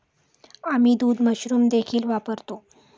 आम्ही दूध मशरूम देखील वापरतो